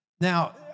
Now